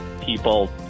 people